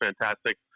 fantastic